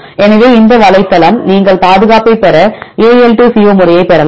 எனவே இந்த வலைத்தளம் நீங்கள் பாதுகாப்பைப் பெற AL2CO முறையைப் பெறலாம்